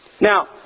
Now